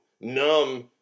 numb